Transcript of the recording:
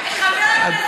אדוני היושב-ראש,